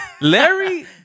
Larry